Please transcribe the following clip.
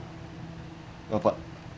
no but